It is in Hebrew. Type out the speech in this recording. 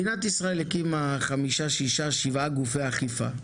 מדינת ישראל הקימה חמישה, ששה, שבעה גופי אכיפה,